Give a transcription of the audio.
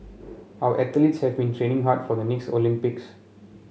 our athletes have been training hard for the next Olympics